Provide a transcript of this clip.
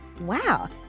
wow